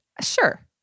sure